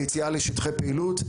ליציאה לשטחי פעילות,